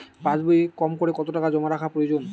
পাশবইয়ে কমকরে কত টাকা জমা রাখা প্রয়োজন?